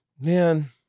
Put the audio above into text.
man